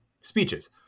speeches